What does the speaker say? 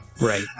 Right